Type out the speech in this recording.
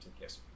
yes